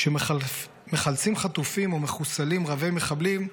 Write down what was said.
כשמחלצים חטופים או מחוסלים רבי-מחבלים,